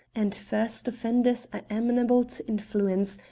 and first offenders are amenable to influence,